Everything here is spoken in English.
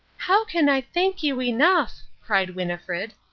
how can i thank you enough? cried winnifred.